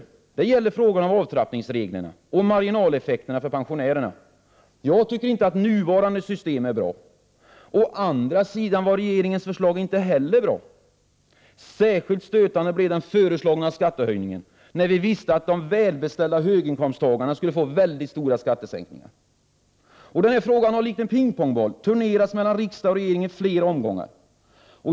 Det gäller t.ex. frågan om avtrappningsreglerna och marginaleffekterna för pensionärerna. Jag tycker inte att nuvarande system är bra. Å andra sidan var regeringens förslag inte heller bra. Särskilt stötande blev den föreslagna skattehöjningen, när vi visste att de välbeställda höginkomsttagarna skulle få väldigt stora skattesänkningar. Den här frågan har likt en pingpongboll turnerat mellan riksdag och regering i flera omgångar.